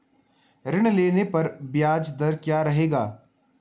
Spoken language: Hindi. ऋण लेने पर ब्याज दर क्या रहेगी?